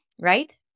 right